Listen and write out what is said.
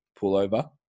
pullover